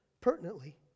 pertinently